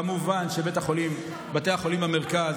כמובן שבתי החולים במרכז,